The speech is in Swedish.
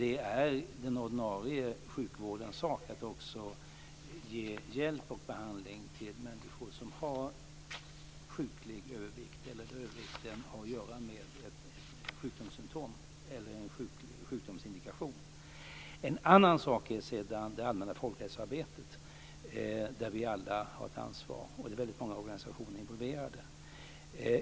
Det är den ordinarie sjukvårdens sak att också ge hjälp och behandling till människor som har sjuklig övervikt eller där övervikten hänger ihop med sjukdomssymtom eller en sjukdomsindikation. En annan sak är sedan det allmänna folkhälsoarbetet. Vi har alla ett ansvar. Det är många organisationer med.